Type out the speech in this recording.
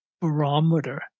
barometer